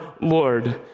Lord